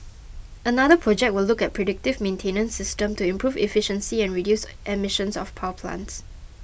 another project will look at a predictive maintenance system to improve efficiency and reduce emissions of power plants